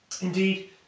Indeed